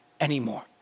anymore